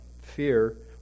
fear